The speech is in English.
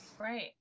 right